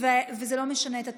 זה לא משנה את התוצאה.